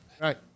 Right